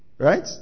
Right